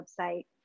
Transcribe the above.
website